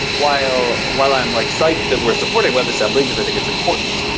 while while i'm like psyched that we're supporting webassembly, because i think it's important.